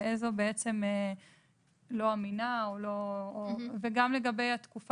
ואיזו לא אמינה; וגם לגבי התקופה,